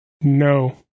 No